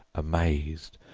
amazed,